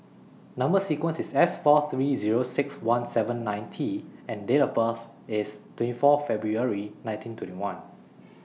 Number sequence IS S four three Zero six one seven nine T and Date of birth IS twenty four February nineteen twenty one